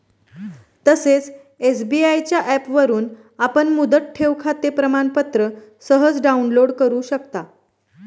तसेच एस.बी.आय च्या ऍपवरून आपण मुदत ठेवखाते प्रमाणपत्र सहज डाउनलोड करु शकता